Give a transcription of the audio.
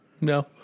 No